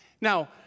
Now